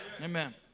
Amen